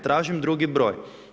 Tražim drugi broj.